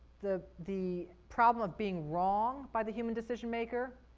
the, the problem of being wrong by the human decision maker